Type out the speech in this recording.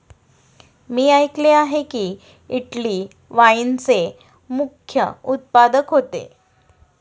मी ऐकले आहे की, इटली वाईनचे मुख्य उत्पादक होते